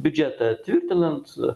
biudžetą tvirtinant